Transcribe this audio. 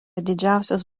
didžiausias